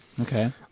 Okay